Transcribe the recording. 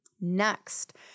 Next